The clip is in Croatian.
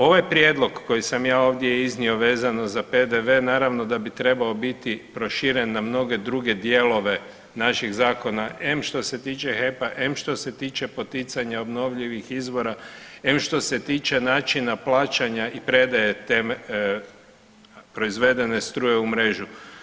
Ovaj prijedlog koji sam ja ovdje iznio vezano za PDV naravno da bi trebao biti proširen na mnoge druge dijelove naših zakona em što se tiče HEP-a, em što se tiče poticanja obnovljivih izvora, em što se tiče načina plaćanja i predaje te proizvedene struje u mrežu.